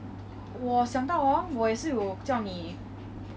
and 我是一个很 reserved 的 person